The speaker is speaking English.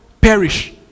perish